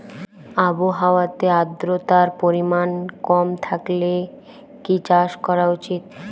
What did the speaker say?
আবহাওয়াতে আদ্রতার পরিমাণ কম থাকলে কি চাষ করা উচিৎ?